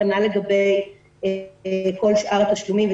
כנ"ל לגבי כל שאר התשלומים,